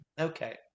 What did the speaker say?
Okay